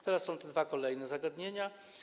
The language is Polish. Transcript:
Teraz są te dwa kolejne zagadnienia.